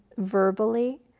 verbally.